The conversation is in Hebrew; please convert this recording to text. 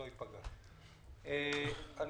אני